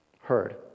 heard